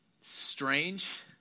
strange